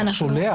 השולח.